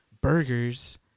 burgers